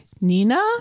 Nina